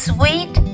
Sweet